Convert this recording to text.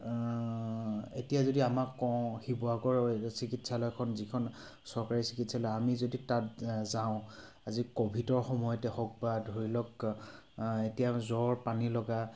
এতিয়া যদি আমাক কওঁ শিৱসাগৰ চিকিৎসালয়খন যিখন চৰকাৰী চিকিৎসালয় আমি যদি তাত যাওঁ আজি ক'ভিডৰ সময়তে হওক বা ধৰি লওক এতিয়া জ্বৰ পানীলগা